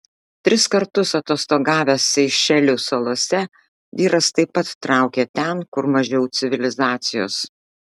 tris kartus atostogavęs seišelių salose vyras taip pat traukė ten kur mažiau civilizacijos